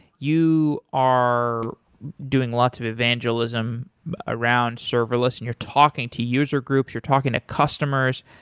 you are doing lots of evangelism around serverless and you're talking to user groups, you're talking to customers,